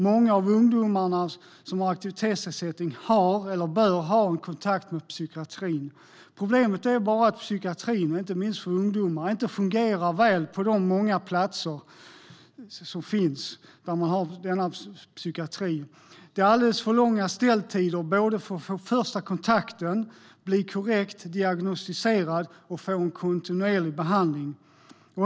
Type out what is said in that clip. Många av de ungdomar som har aktivitetsersättning har, eller bör ha, en kontakt med psykiatrin. Problemet är bara att psykiatrin, inte minst för ungdomar, inte fungerar väl på många platser. Det är alldeles för långa ställtider för att få första kontakten, bli korrekt diagnostiserad och få en kontinuerlig behandling.